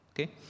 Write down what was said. okay